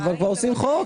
אבל כבר עושים חוק,